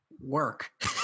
work